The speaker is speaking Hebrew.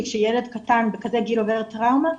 כי כשילד קטן בכזה גיל עובר טראומה,